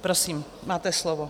Prosím, máte slovo.